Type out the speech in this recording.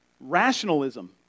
Rationalism